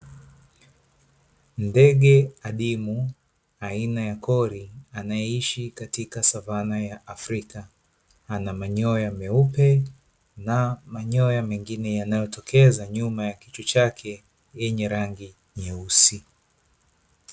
Ndege adimu aina ya "kori", anaeishi katika savana ya afrika, ana manyoya meupe pamoja na maziwa, mengine yakijitokeza nyuma ya kichwa chake yenye rangi nyeusi.